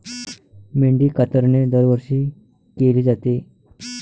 मेंढी कातरणे दरवर्षी केली जाते